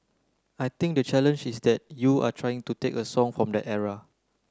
I think the challenge is that you are trying to take a song from that era